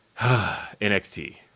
NXT